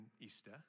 Easter